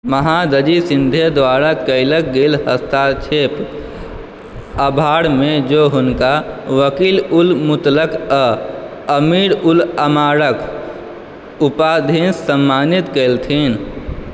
महादजी शिन्दे द्वारा कयल गेल हस्तक्षेपक आभारमे ओ हुनका वकील उल मुतलक आ अमीर उल अमाराक उपाधिसँ सम्मानित कयलथिन